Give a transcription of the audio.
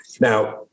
Now